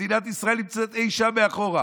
מדינת ישראל נמצאת אי שם מאחור.